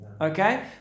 Okay